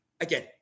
again